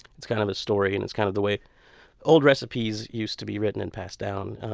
it's kind of a story. and it's kind of the way old recipes used to be written and passed down.